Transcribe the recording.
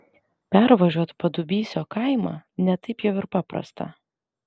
pervažiuot padubysio kaimą ne taip jau ir paprasta